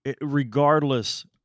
regardless